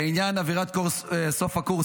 בעניין "אווירת סוף הקורס",